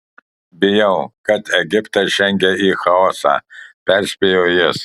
bijau kad egiptas žengia į chaosą perspėjo jis